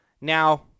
Now